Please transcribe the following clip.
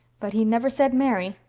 but he never said marry.